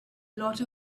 lot